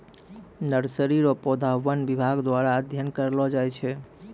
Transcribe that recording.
nursery रो पौधा वन विभाग द्वारा अध्ययन करलो जाय छै